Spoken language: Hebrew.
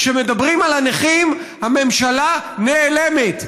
כשמדברים על הנכים, הממשלה נעלמת.